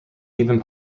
even